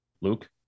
Luke